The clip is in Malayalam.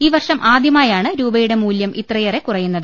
ഈ വർഷം ആദ്യമായാണ് രൂപയുടെ മൂല്യം ഇത്രയേറെ കുറയുന്നത്